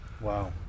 Wow